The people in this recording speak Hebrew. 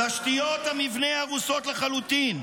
תשתיות המבנה הרוסות לחלוטין,